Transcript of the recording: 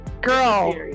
Girl